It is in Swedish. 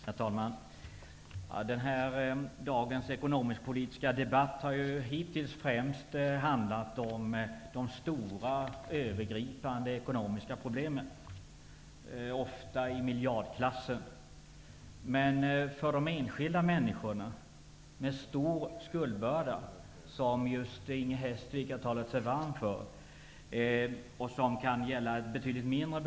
Herr talman! Den här dagens ekonomisk-politiska debatt har hittills främst handlat om de stora, övergripande ekonomiska problemen, ofta i miljardklassen. Men om de enskilda människorna med stor skuldbörda, som Inger Hestvik just har talat sig varm för, har det inte varit särskilt mycket tal.